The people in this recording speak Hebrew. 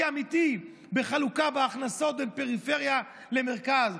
אמיתי בחלוקה בהכנסות בין פריפריה למרכז,